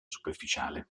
superficiale